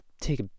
take